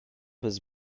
was